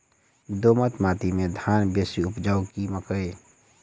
दोमट माटि मे धान बेसी उपजाउ की मकई?